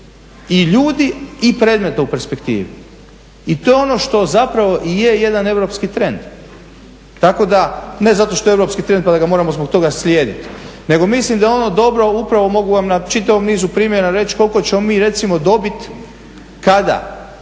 i ljudi i predmeta u perspektivi. I to je ono što zapravo i je jedan europski trend, tako da, ne zato što je europski trend pa da ga moramo zbog toga slijediti, nego mislim da je ono dobro upravo mogu vam na čitavom nizu primjera reći koliko ćemo mi recimo dobiti kada